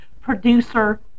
producer